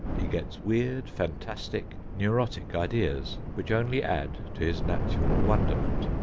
he gets weird, fantastic, neurotic ideas, which only add to his natural wonderment.